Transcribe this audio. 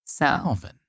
Alvin